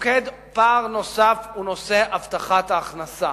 מוקד פער נוסף הוא נושא הבטחת ההכנסה.